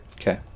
Okay